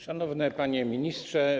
Szanowny Panie Ministrze!